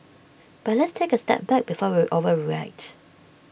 but let's take A step back before we overreact